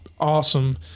awesome